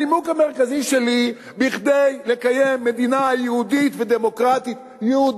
הנימוק המרכזי שלי: כדי לקיים מדינה יהודית ודמוקרטית,